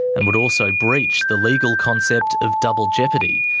and would also breach the legal concept of double jeopardy,